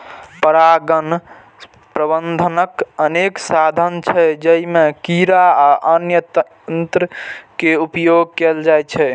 परागण प्रबंधनक अनेक साधन छै, जइमे कीड़ा आ अन्य तंत्र के उपयोग कैल जाइ छै